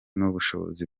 n’ubushobozi